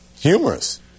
humorous